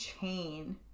chain